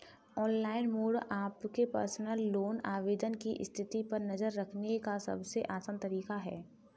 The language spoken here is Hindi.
ऑनलाइन मोड आपके पर्सनल लोन आवेदन की स्थिति पर नज़र रखने का सबसे आसान तरीका है